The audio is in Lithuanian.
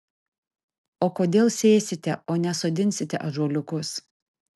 o kodėl sėsite o ne sodinsite ąžuoliukus